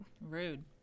rude